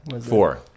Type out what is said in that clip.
Four